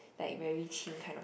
like very chim kind of